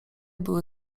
były